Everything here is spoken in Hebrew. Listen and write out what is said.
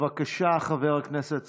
בבקשה, חבר הכנסת סמוטריץ'